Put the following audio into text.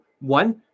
one